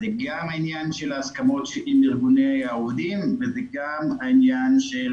זה גם העניין של ההסכמות עם ארגוני העובדים וזה גם העניין של